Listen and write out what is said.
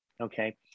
Okay